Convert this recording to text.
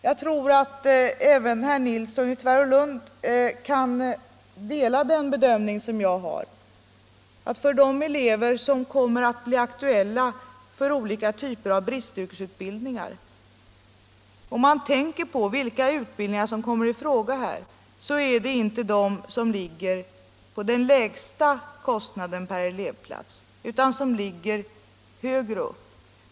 Jag tror att även herr Nilsson i Tvärålund kan dela min bedömning att om man tänker på vilka utbildningar som kommer i fråga för de elever som blir aktuella för olika typer av bristutbildning, så är det inte utbildningar som ligger på den lägsta kostnaden per elevplats utan högre upp.